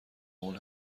اون